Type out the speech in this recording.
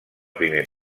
primer